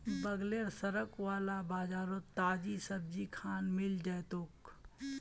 बगलेर सड़क वाला बाजारोत ताजी सब्जिखान मिल जै तोक